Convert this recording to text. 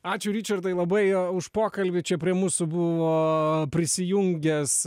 ačiū ričardai labai už pokalbį čia prie mūsų buvo prisijungęs